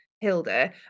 Hilda